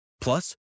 Plus